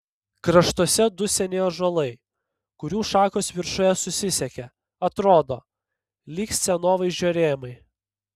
kraštuose du seni ąžuolai kurių šakos viršuje susisiekia atrodo lyg scenovaizdžio rėmai